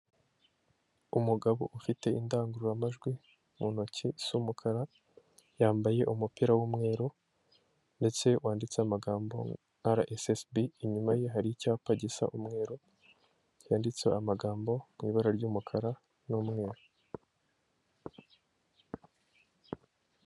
Umugabo ufite indangururamajwi mu ntoki isa umukara, yambaye umupira w'umweru ndetse wanditseho amagambo RSSB, inyuma ye hari icyapa gisa umweru, cyanditseho amagambo mu ibara ry'umukara n'umweru.